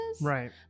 Right